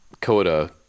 coda